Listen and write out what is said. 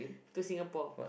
to Singapore